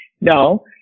No